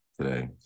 today